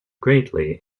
greatly